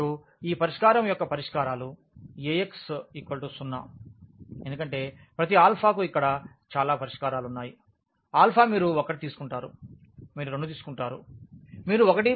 మరియు ఈ పరిష్కారం యొక్క పరిష్కారాలు Ax 0 ఎందుకంటే ప్రతి ఆల్ఫాకు ఇక్కడ చాలా పరిష్కారాలు ఉన్నాయి ఆల్ఫా మీరు 1 తీసుకుంటారు మీరు 2 తీసుకుంటారు మీరు 1